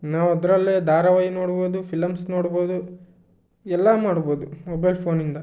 ನಾವು ಅದರಲ್ಲೇ ಧಾರಾವಾಹಿ ನೋಡ್ಬೋದು ಫಿಲಂಸ್ ನೋಡ್ಬೋದು ಎಲ್ಲ ಮಾಡ್ಬೋದು ಮೊಬೈಲ್ ಫೋನಿಂದ